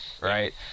right